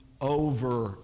over